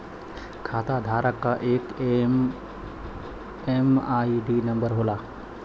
खाताधारक क एक एम.एम.आई.डी नंबर होला